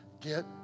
get